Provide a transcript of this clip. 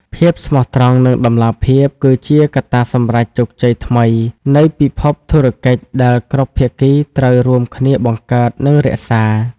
ភាពស្មោះត្រង់ និងតម្លាភាព គឺជាកត្តាសម្រេចជោគជ័យថ្មីនៃពិភពធុរកិច្ចដែលគ្រប់ភាគីត្រូវរួមគ្នាបង្កើត និងរក្សា។